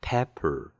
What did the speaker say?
Pepper